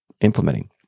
implementing